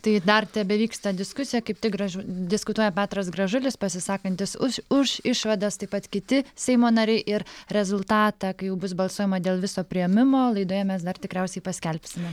tai dar tebevyksta diskusija kaip tik gražu diskutuoja petras gražulis pasisakantis už už išvadas taip pat kiti seimo nariai ir rezultatą kai jau bus balsuojama dėl viso priėmimo laidoje mes dar tikriausiai paskelbsime